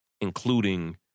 including